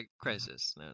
Crisis